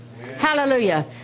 Hallelujah